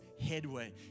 headway